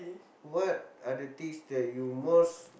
what are the things that you most